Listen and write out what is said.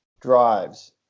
drives